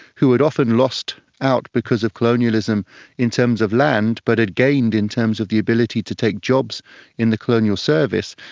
who had often lost out because of colonialism in terms of land but had gained in terms of the ability to take jobs in the colonial service,